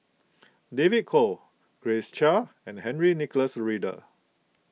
David Kwo Grace Chia and Henry Nicholas Ridley